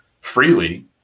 freely